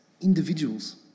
individuals